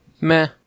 Meh